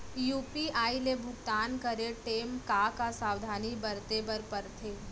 UPI ले भुगतान करे टेम का का सावधानी बरते बर परथे